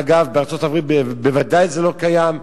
אגב, בארצות-הברית בוודאי זה לא קיים.